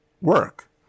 work